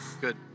Good